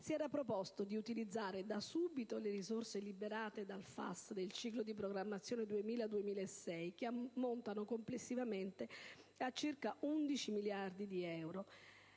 Si era proposto di utilizzare da subito le risorse liberate dal FAS del ciclo di programmazione 2000-2006, che ammontano complessivamente a circa 11 miliardi di euro: